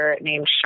named